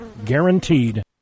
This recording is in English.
guaranteed